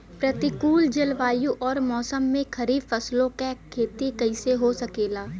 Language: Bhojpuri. प्रतिकूल जलवायु अउर मौसम में खरीफ फसलों क खेती कइसे हो सकेला?